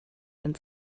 ins